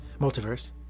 Multiverse